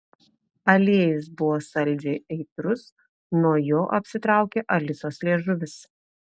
aliejus buvo saldžiai aitrus nuo jo apsitraukė alisos liežuvis